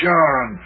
John